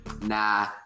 nah